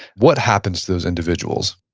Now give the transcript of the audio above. what happens to those individuals?